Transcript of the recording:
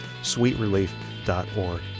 sweetrelief.org